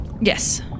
Yes